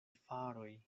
faroj